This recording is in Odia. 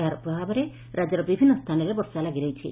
ଏହାର ପ୍ରଭାବରେ ରାଜ୍ୟର ବିଭିନ୍ନ ସ୍ରାନରେ ବର୍ଷା ଲାଗିରହିଛି